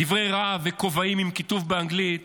דברי רהב וכובעים עם כיתוב באנגלית